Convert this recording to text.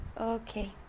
Okay